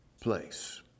place